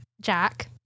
jack